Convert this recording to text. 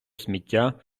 сміття